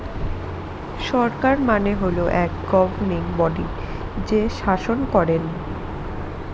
সরকার মানে হল এক গভর্নিং বডি যে শাসন করেন